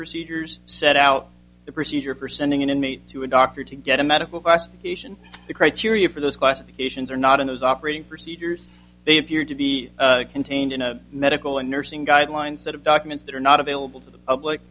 procedures set out the procedure for sending an inmate to a doctor to get a medical bus station the criteria for those classifications are not in those operating procedures they appear to be contained in a medical and nursing guidelines set of documents that are not available to the public